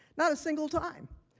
not a single time.